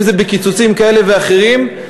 אם בקיצוצים כאלה ואחרים,